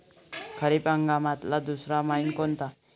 खरीप हंगामातला दुसरा मइना कोनता?